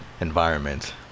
environment